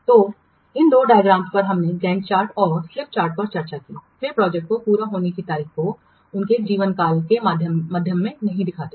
तो इन दो डायग्राम्स पर हमने गैंट चार्ट और स्लिप चार्ट पर चर्चा की है वे प्रोजेक्ट के पूरा होने की तारीख को प्रोजेक्ट के जीवन के माध्यम से नहीं दिखाते हैं